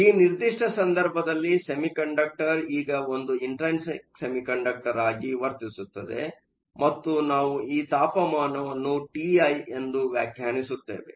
ಈ ನಿರ್ದಿಷ್ಟ ಸಂದರ್ಭದಲ್ಲಿ ಸೆಮಿಕಂಡಕ್ಟರ್ ಈಗ ಒಂದು ಇಂಟ್ರೈನ್ಸಿಕ್ ಸೆಮಿಕಂಡಕ್ಟರ್ ಆಗಿ ವರ್ತಿಸುತ್ತದೆ ಮತ್ತು ನಾವು ಈ ತಾಪಮಾನವನ್ನು ಟಿಐ ಎಂದು ವ್ಯಾಖ್ಯಾನಿಸುತ್ತೇವೆ